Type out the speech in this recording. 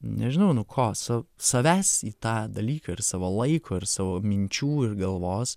nežinau nu ko sa savęs į tą dalyką ir savo laiko ir savo minčių ir galvos